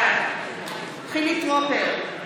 בעד חילי טרופר,